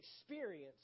experience